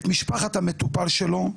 את משפחת המטופל שלו,